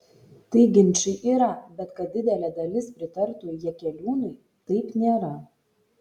tai ginčai yra bet kad didelė dalis pritartų jakeliūnui taip nėra